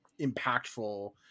impactful